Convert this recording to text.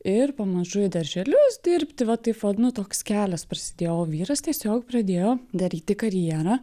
ir pamažu į darželius dirbti vat taip vat nu toks kelias prasidėjo o vyras tiesiog pradėjo daryti karjerą